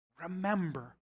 Remember